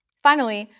finally,